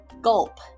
Gulp